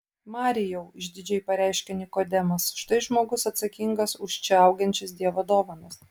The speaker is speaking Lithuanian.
marijau išdidžiai pareiškė nikodemas štai žmogus atsakingas už čia augančias dievo dovanas